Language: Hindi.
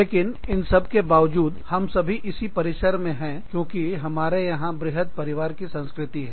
लेकिन इन सबके बावजूद हम सभी इसी परिसर कैंपस में हैं क्योंकि हमारे यहां बृहत् परिवार की संस्कृति है